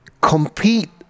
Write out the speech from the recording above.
compete